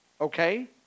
Okay